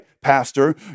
pastor